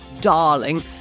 darling